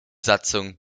satzung